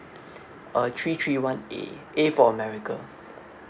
uh three three one A A for america